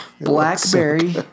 Blackberry